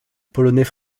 polonais